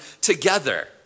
together